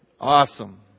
Awesome